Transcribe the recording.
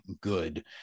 good